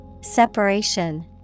Separation